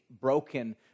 broken